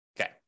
Okay